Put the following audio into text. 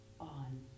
on